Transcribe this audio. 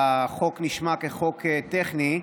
החוק נשמע חוק טכני,